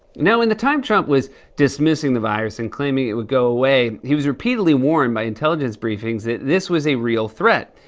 now, in the time trump was dismissing the virus and claiming it would go away, he was repeatedly warned by intelligence briefings that this was a real threat.